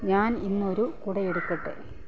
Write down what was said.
ഞാൻ ഇന്നൊരു കുട എടുക്കട്ടെ